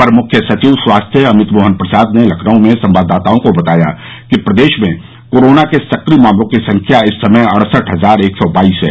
अपर मुख्य सचिव स्वास्थ्य अमित मोहन प्रसाद ने लखनऊ में संवाददाताओं को बताया कि प्रदेश में कोरोना के सक्रिय मामलों की संख्या इस समय अड़सठ हजार एक सौ बाईस है